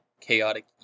chaotic